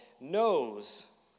knows